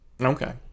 Okay